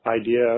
idea